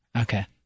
Okay